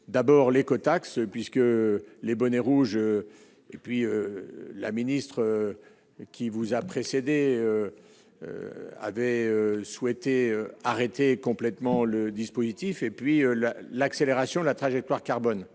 d'abord l'écotaxe puisque les bonnets rouges et puis la ministre qui vous a précédé avait souhaité arrêter complètement le dispositif et puis là, l'accélération de la trajectoire carbone